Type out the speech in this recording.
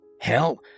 Hell